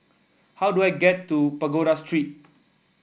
how do I get to Pagoda Street